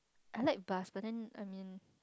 I like bus but then I mean